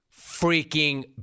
Freaking